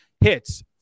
Hits